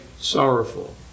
sorrowful